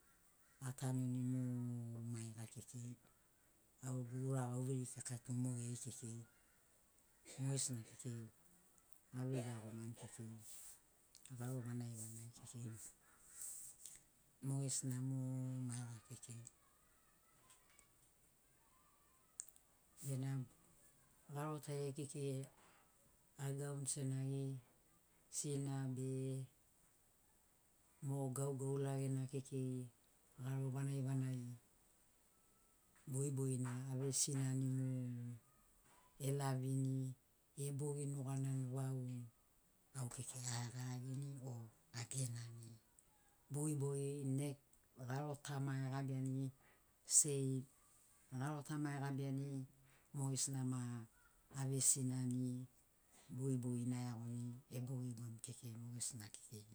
Atanuni mu maiga kekei au gegu ura gauveiri kika tu mogeri kekei mogesina kekei ave kekei garo vanagi vanagi kekei mogesina mu maiga kekei benamo garo tariai kekei agauni senagi sina be mo gaugaulagena kekei garo vanagi vanagi bogibogi na avesinani mu elavini ebogini nuganai vau au kekei aeagaragini o agenani bogibogi ne garo tama egabiani sei garo tama egabiani mogesina ma avesinani bogibogina eagoni ebogiguni kekei mogesina kekei